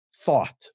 thought